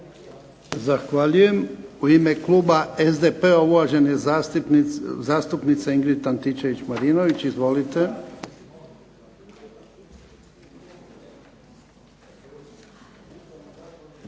Zahvaljujem. U ime kluba SDP-a, uvažena zastupnica Ingrid Antičević Marinović. Izvolite.